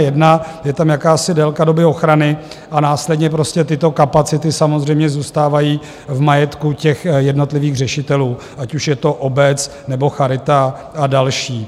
I je tam jakási délka doby ochrany a následně tyto kapacity samozřejmě zůstávají v majetku jednotlivých řešitelů, ať už je to obec, nebo charita a další.